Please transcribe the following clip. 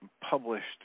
published